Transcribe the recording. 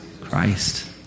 Christ